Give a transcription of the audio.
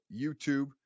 YouTube